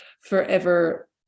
forever